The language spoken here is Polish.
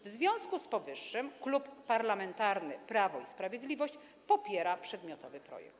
W związku z powyższym Klub Parlamentarny Prawo i Sprawiedliwość popiera przedmiotowy projekt.